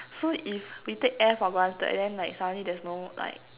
so if we take air for granted then like suddenly there's no like